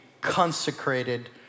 consecrated